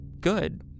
good